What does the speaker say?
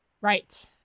right